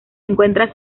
encuentra